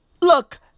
look